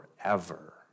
forever